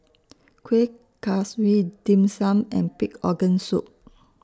Kuih Kaswi Dim Sum and Pig Organ Soup